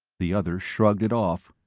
the other shrugged it off.